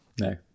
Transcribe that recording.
No